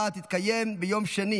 נתקבלה.